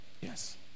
Yes